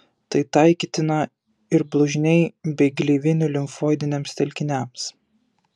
tai taikytina ir blužniai bei gleivinių limfoidiniams telkiniams